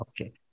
Okay